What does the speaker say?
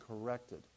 corrected